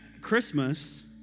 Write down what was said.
Christmas